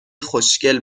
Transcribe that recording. خوشگل